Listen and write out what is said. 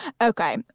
Okay